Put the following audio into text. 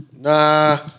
nah